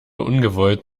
ungewollt